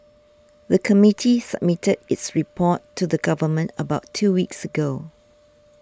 the committee submitted its report to the government about two weeks ago